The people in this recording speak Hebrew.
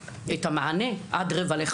נכון שצריך לתת את המענה עד 16:45,